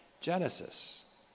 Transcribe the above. genesis